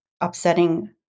upsetting